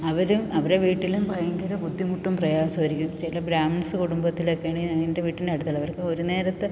അവരും അവരെ വീട്ടിലും ഭയങ്കര ബുദ്ധിമുട്ടും പ്രയാസമായിരിക്കും ചില ബ്രാഹ്മിൻസ് കുടുംബത്തിലൊക്കെ ആണെങ്കിൽ ആ എൻ്റെ വീട്ടിൻ്റെ അടുത്തുള്ളവർക്ക് ഒരു നേരത്തെ